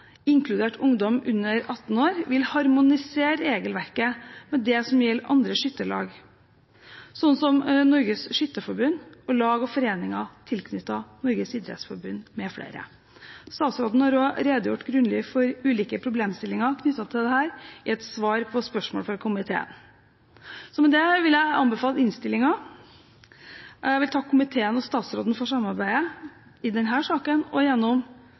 inkludert ungdom under 18 år, vil harmonisere regelverket med det som gjelder andre skytterlag, sånn som Norges Skytterforbund og lag og foreninger tilknyttet Norges idrettsforbund mfl. Statsråden har også redegjort grundig for ulike problemstillinger knyttet til dette i et svar på et spørsmål fra komiteen. Med dette vil jeg anbefale innstillingen. Jeg vil takke komiteen og statsråden for samarbeidet i denne saken og